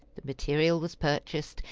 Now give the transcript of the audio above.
the material was purchased,